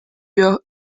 wir